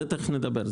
על זה תכף נדבר.